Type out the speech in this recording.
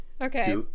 Okay